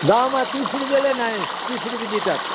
गाउँमा तिस रुपियाँले नानी तिस रुपियाँ लिटर